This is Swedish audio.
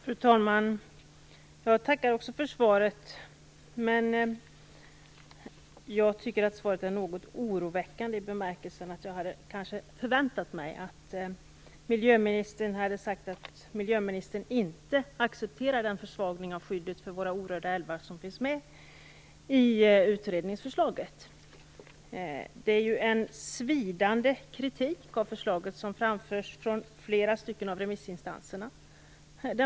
Fru talman! Jag tackar också för svaret. Jag tycker att svaret är något oroväckande i bemärkelsen att jag hade förväntat mig att miljöministern skulle säga att hon inte accepterar den försvagning av skyddet för våra orörda älvar som finns med i utredningsförslaget. Det är en svidande kritik av förslaget som framförs från flera av remissinstanserna.